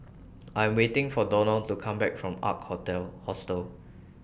I Am waiting For Donal to Come Back from Ark Hostel